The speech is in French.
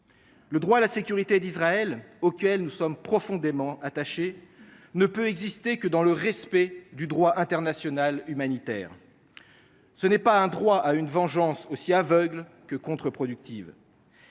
Le droit à la sécurité d’Israël, auquel nous sommes profondément attachés, ne peut exister que dans le respect du droit international humanitaire. Ce n’est pas un droit à une vengeance aussi aveugle que contre productive.